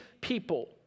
people